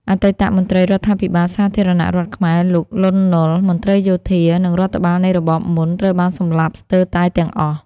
អតីតមន្ត្រីរដ្ឋាភិបាលសាធារណរដ្ឋខ្មែរ លោក លន់ នល់ មន្ត្រីយោធា និងរដ្ឋបាលនៃរបបមុន ត្រូវបានសម្លាប់ស្ទើរតែទាំងអស់។